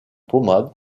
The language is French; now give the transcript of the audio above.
pommade